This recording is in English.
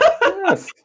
Yes